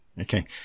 Okay